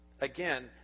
again